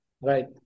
Right